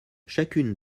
chacune